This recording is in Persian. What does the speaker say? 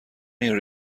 این